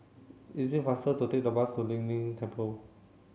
is it faster to take the bus to Lei Yin Temple